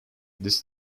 this